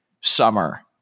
summer